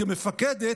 כמפקדת,